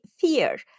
fear